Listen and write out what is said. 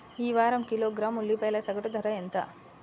ఈ వారం కిలోగ్రాము ఉల్లిపాయల సగటు ధర ఎంత?